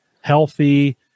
healthy